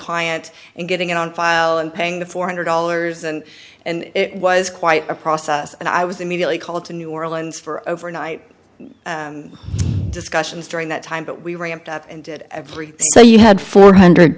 client and getting it on file and paying the four hundred dollars and and it was quite a process and i was immediately called to new orleans for overnight discussions during that time but we ramped up and did everything so you had four hundred